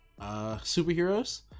superheroes